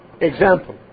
example